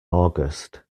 august